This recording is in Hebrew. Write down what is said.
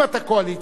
אם אתה קואליציה,